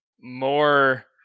more